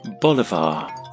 Bolivar